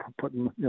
putting